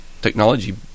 technology